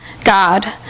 God